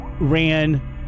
ran